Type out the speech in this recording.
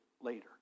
later